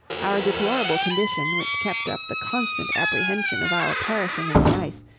our deplorable condition, which kept up the constant apprehension of our perishing in the ice,